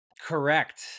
Correct